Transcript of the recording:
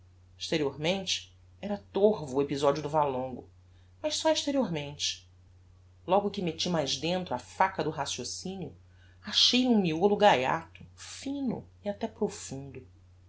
exteriormente era torvo o episodio do valongo mas só exteriormente logo que metti mais dentro a faca do raciocinio achei lhe um miolo gaiato fino e até profundo